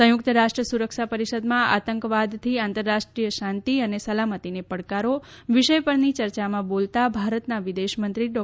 સંયુક્ત રાષ્ટ્ર સુરક્ષા પરિષદમાં આતંકવાદથી આંતરરાષ્ટ્રીય શાંતિ અને સલામતીને પડકારો વિષય પરની ચર્ચામાં બોલતા ભારતના વિદેશમંત્રી ડો